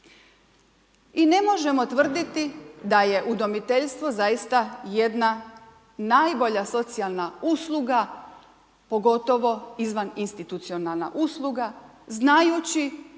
I ne možemo tvrditi da je udomiteljstvo zaista jedna najbolja socijalna usluga pogotovo izvaninstitucionalna usluga znajući